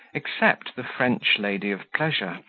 except the french lady of pleasure,